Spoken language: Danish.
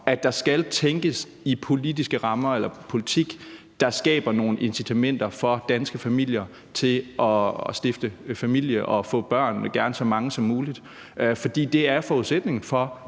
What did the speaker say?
at der skal tænkes i at lave politik, der skaber nogle incitamenter for danske familier til at stifte familie og få børn, gerne så mange som muligt. For det er forudsætningen for,